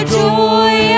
joy